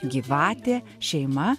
gyvatė šeima